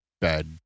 bad